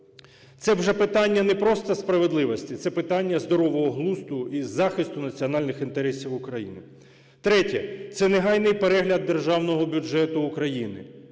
Це вже питання не просто справедливості, це питання здорового глузду і захисту національних інтересів України. Третє – це негайний перегляд Державного бюджету України,